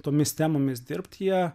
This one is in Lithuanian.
tomis temomis dirbt jie